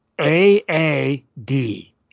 A-A-D